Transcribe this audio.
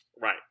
Right